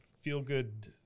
feel-good